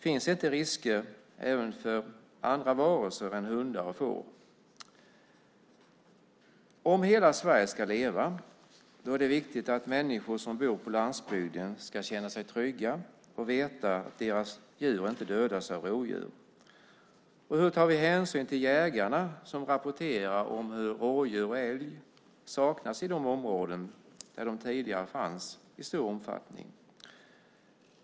Finns det inte risker även för andra varelser än hundar och får? Om hela Sverige ska leva är det viktigt att människor som bor på landsbygden ska känna sig trygga och veta att deras djur inte dödas av rovdjur. Hur tar vi hänsyn till jägarna som rapporterar om hur rådjur och älg saknas i de områden där de tidigare fanns i stor omfattning?